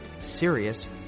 serious